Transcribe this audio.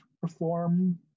perform